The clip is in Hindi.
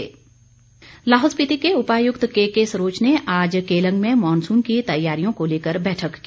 मॉनसुन तैयारी लाहौल स्पीति के उपायुक्त के के सरोच ने आज केलंग में मॉनसून की तैयारियों को लेकर बैठक की